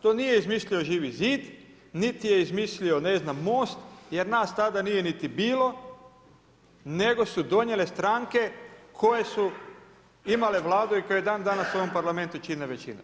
To nije izmislio Živi zid niti je izmislio MOST jer nas tada nije niti bilo, nego su donijele stranke koje su imale Vlade i koje dandanas u ovom Parlamentu čine većinu.